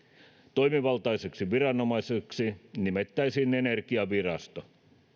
toimivaltaiseksi viranomaiseksi nimettäisiin energiavirasto